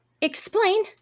explain